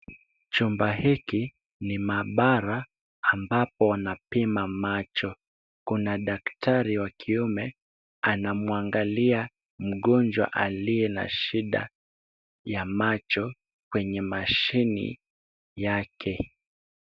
Chumba hiki ni maabara ambapo wanapima macho. Kuna daktari wa kiume anamwangalia mgonjwa aliye na shida ya macho kwenye machine yake.